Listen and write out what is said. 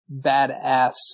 badass